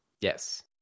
Yes